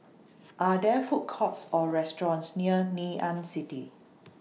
Are There Food Courts Or restaurants near Ngee Ann City